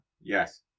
Yes